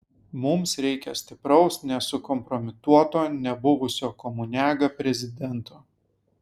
mums reikia stipraus nesukompromituoto nebuvusio komuniaga prezidento